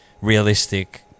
realistic